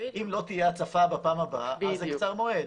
אם לא תהיה הצפה בפעם הבאה, אז זה קצר מועד.